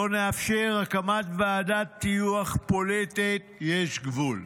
לא נאפשר הקמת ועדת טיוח פוליטית, יש גבול.